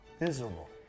miserable